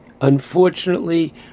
unfortunately